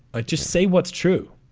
ah just say what's true?